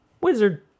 wizard